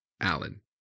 Alan